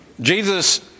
Jesus